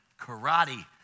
karate